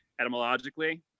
etymologically